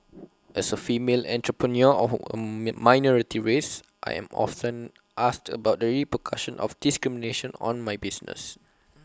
as A female entrepreneur of A minority race I am often asked about the repercussion of discrimination on my business